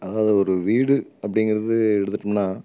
அதாவது ஒரு வீடு அப்டிங்கிறது எடுத்துட்டோம்னா